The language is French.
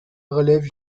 révèle